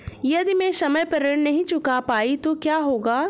यदि मैं समय पर ऋण नहीं चुका पाई तो क्या होगा?